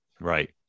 Right